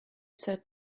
said